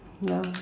ya